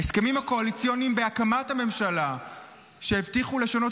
ההסכמים הקואליציוניים בהקמת הממשלה הבטיחו לשנות